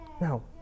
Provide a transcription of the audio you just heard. No